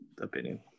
opinion